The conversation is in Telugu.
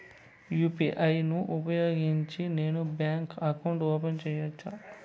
యు.పి.ఐ ను ఉపయోగించి నేను బ్యాంకు అకౌంట్ ఓపెన్ సేయొచ్చా?